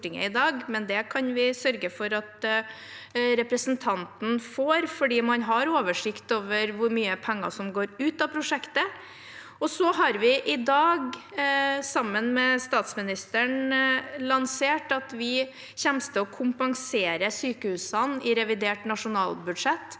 men det kan vi sørge for at representanten får, for man har oversikt over hvor mye penger som går ut av prosjektet. Vi har i dag, sammen med statsministeren, lansert at vi kommer til å kompensere sykehusene i revidert nasjonalbudsjett,